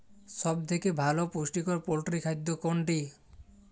সব থেকে ভালো পুষ্টিকর পোল্ট্রী খাদ্য কোনটি?